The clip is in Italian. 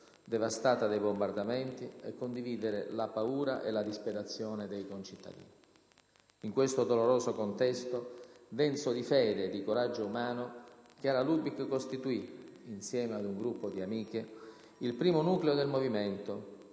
devastata dai bombardamenti, e condividere la paura e la disperazione dei concittadini. In questo doloroso contesto, denso di fede e di coraggio umano, Chiara Lubich costituì, insieme ad un gruppo di amiche, il primo nucleo del Movimento,